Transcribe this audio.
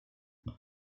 jag